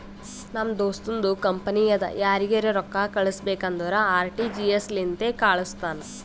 ನಮ್ ದೋಸ್ತುಂದು ಕಂಪನಿ ಅದಾ ಯಾರಿಗರೆ ರೊಕ್ಕಾ ಕಳುಸ್ಬೇಕ್ ಅಂದುರ್ ಆರ.ಟಿ.ಜಿ.ಎಸ್ ಲಿಂತೆ ಕಾಳುಸ್ತಾನ್